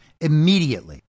immediately